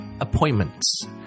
appointments